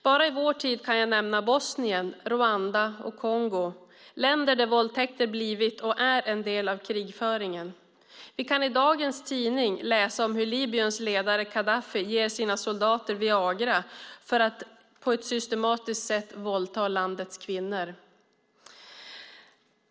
Bara i vår tid kan jag nämna Bosnien, Rwanda och Kongo, länder där våldtäkter blivit och är en del av krigföringen. Vi kan i dagens tidning läsa om hur Libyens ledare Gaddafi ger sina soldater Viagra för att de på ett systematiskt sätt ska våldta landets kvinnor.